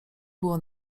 było